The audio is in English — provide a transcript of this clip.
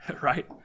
right